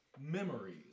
memories